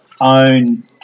own